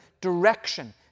direction